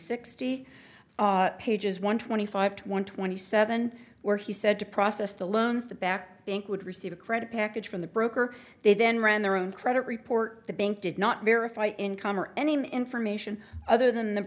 sixty pages one twenty five to one twenty seven where he said to process the loans the back bank would receive a credit package from the broker they then ran their own credit report the bank did not verify income or any information other than the